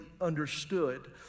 understood